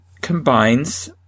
combines